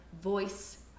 voice